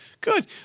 good